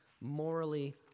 morally